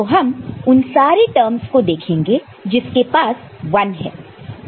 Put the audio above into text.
तो हम उन सारे टर्म्स को देखेंगे जिसके पास 1 है